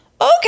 Okay